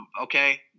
okay